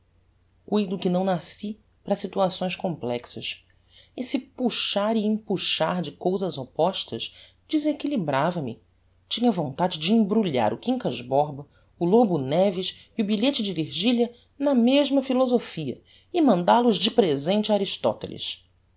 cuido que não nasci para situações complexas esse puxar e empuxar de cousas oppostas desequilibrava me tinha vontade de embrulhar o quincas borba o lobo neves e o bilhete de virgilia na mesma philosophia e mandal os de presente